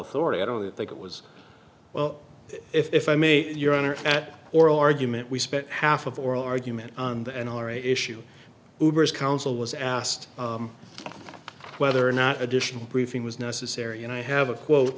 authority i don't think it was well if i may your honor at oral argument we spent half of the oral argument on the n r a issue hoovers counsel was asked whether or not additional briefing was necessary and i have